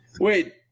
Wait